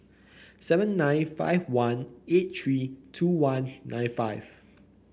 seven nine five one eight three two one nine five